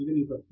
అది నిజం